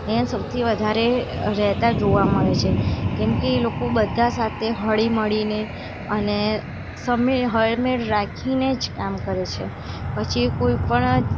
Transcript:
અહીંયા સૌથી વધારે રહેતા જોવા મળે છે કેમકે એ લોકો બધા સાથે હળીમળીને અને સૌને હળમેળ રાખીને જ કામ કરે છે પછી એ કોઈપણ